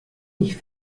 nicht